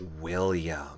william